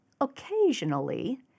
occasionally